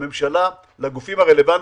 לממשלה ולגופים הרלוונטיים,